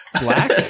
black